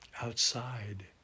outside